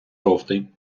жовтий